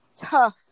tough